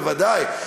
בוודאי.